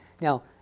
Now